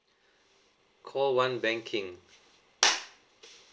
call one banking